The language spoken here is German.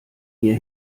mir